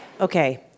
Okay